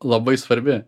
labai svarbi